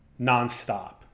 nonstop